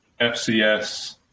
FCS